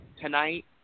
tonight